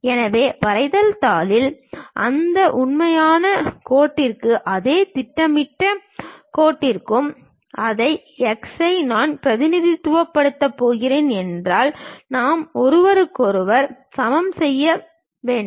எனவே வரைதல் தாளில் அந்த உண்மையான கோட்டிற்கும் அதே திட்டமிடப்பட்ட கோட்டிற்கும் அதே x ஐ நான் பிரதிநிதித்துவப்படுத்தப் போகிறேன் என்றால் நான் ஒருவருக்கொருவர் சமன் செய்ய வேண்டும்